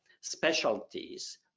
specialties